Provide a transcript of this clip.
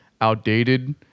outdated